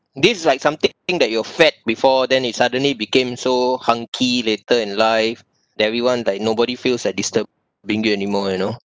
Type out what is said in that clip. this is like something that you're fat before then you suddenly became so hunky later in life everyone like nobody feels like disturbing you anymore you know